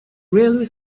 railway